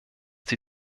die